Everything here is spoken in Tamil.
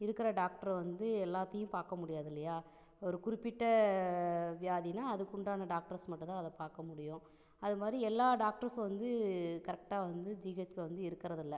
இருக்கிற டாக்ட்ரு வந்து எல்லாத்தையும் பார்க்க முடியாது இல்லையா ஒரு குறிப்பிட்ட வியாதிலாம் அதுக்குண்டான டாக்டர்ஸ் மட்டும்தான் அதை பார்க்க முடியும் அது மாதிரி எல்லா டாக்டர்ஸ்ஸும் வந்து கரெக்டாக வந்து ஜிஹட்ச்ல வந்து இருக்குறதில்லை